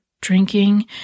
drinking